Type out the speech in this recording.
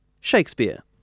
Shakespeare